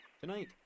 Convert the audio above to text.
Tonight